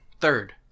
Third